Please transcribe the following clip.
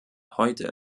heute